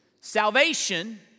Salvation